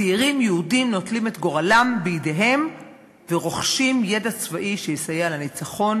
צעירים יהודים נוטלים את גורלם בידיהם ורוכשים ידע צבאי שיסייע לניצחון